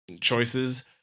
choices